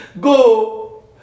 Go